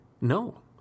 No